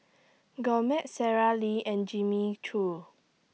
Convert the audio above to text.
Gourmet Sara Lee and Jimmy Choo